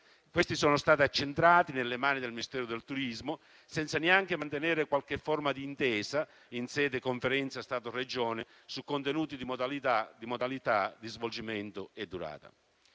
Questi sono stati accentrati nelle mani del Ministero del turismo senza neanche mantenere qualche forma di intesa in sede di Conferenza Stato-Regioni su contenuti di modalità di svolgimento e durata.